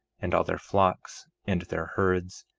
and all their flocks, and their herds,